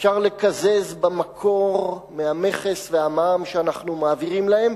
אפשר לקזז במקור מהמכס והמע"מ שאנחנו מעבירים להם,